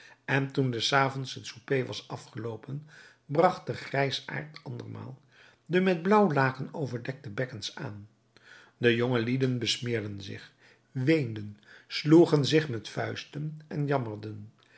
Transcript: en toen des avonds het souper was afgeloopen bragt de grijsaard andermaal de met blaauw laken overdekte bekkens aan de jongelieden besmeerden zich weenden sloegen zich met vuisten en jammerden